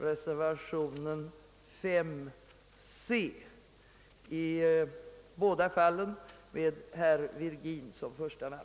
I övrigt yrkar jag bifall till utskottets hemställan.